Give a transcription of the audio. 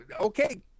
okay